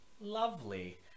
Lovely